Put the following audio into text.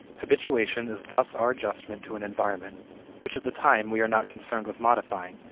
habituation is thus our adjustment to an environment which at the time we are not concerned with modifying,